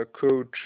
coach